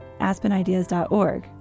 aspenideas.org